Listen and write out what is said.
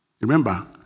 Remember